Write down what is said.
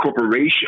Corporation